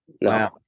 No